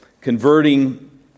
Converting